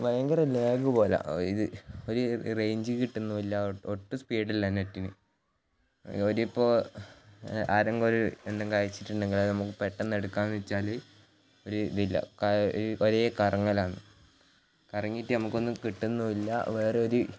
ഭയങ്കര ലാഗ് പോലെ ഇത് ഒരു റേഞ്ച് കിട്ടുന്നുമില്ല ഒട്ടും സ്പീഡ് ഇല്ല നെറ്റിന് ഒരു ഇപ്പോൾ ആരെങ്കിലും ഒരു എന്തെങ്കിലും അയച്ചിട്ടുണ്ടെങ്കിൽ അത് നമുക്ക് പെട്ടെന്ന് എടുക്കാമെന്ന് വെച്ചാൽ ഒരു ഇതില്ല ഒരേ കറങ്ങലാണ് കറങ്ങിയിട്ട് നമുക്ക് ഒന്നും കിട്ടുന്നുമില്ല വേറെ ഒര്